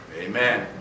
Amen